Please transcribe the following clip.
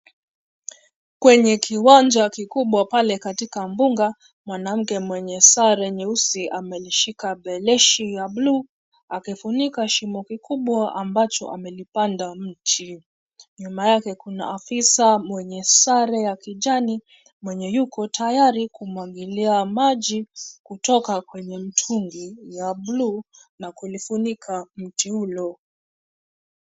Kwenye kiwanja kikubwa pale katika mbuga, mwanamke mwenye sare nyeusi ameshika beleshi ya bluu akifunika shimo mkubwa ambacho amelipanda mti. Nyuma yake kuna afisa mwenye sare ya kijani mwenye yuko tayari kumwagilia maji kutoka mtungi la bluu na kulifunika mti hilo.